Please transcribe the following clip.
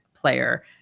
player